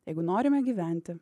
jeigu norime gyventi